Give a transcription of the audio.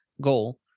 goal